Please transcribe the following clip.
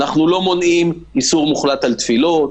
אנחנו לא מונעים איסור מוחלט על תפילות,